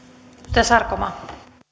arvoisa